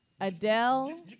Adele